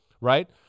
right